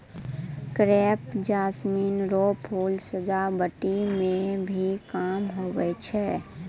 crepe jasmine रो फूल सजावटी मे भी काम हुवै छै